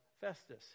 Festus